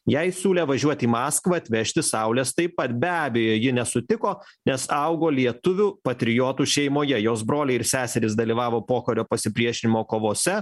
jai siūlė važiuot į maskvą atvežti saulės taip pat be abejo ji nesutiko nes augo lietuvių patriotų šeimoje jos broliai ir seserys dalyvavo pokario pasipriešinimo kovose